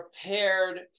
prepared